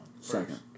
Second